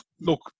look